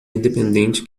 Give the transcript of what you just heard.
independente